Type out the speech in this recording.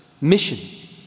mission